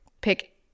pick